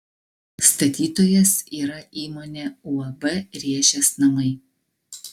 statytojas yra įmonė uab riešės namai